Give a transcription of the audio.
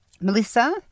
Melissa